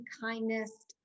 kindness